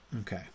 Okay